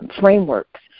frameworks